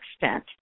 extent